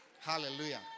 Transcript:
Hallelujah